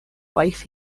wife